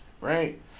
right